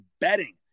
betting